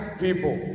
people